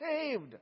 saved